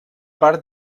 part